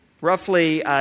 Roughly